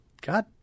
god